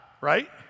right